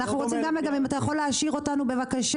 אנחנו רוצים גם אם אתה יכול להשאיר אותנו בבקשה.